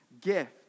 gift